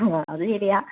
ആ അത് ശരിയാണ്